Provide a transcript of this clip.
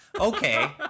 Okay